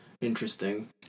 interesting